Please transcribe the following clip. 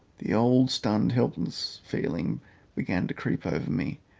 the old stunned helpless feeling began to creep over me,